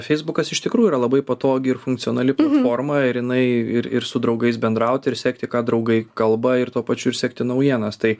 feisbukas iš tikrųjų yra labai patogi ir funkcionali forma ir jinai ir ir su draugais bendraut ir sekti ką draugai kalba ir tuo pačiu ir sekti naujienas tai